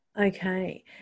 okay